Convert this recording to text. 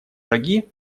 шаги